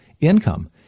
income